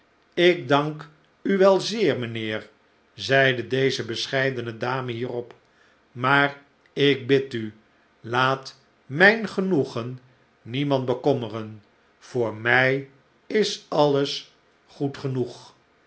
ik dank u wel zeer mynheer zeide deze bescheidene dame hierop maar ik bidu laat m ij n genoegen niemand bekommeren voor m ij is alles goed genoeg